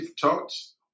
thoughts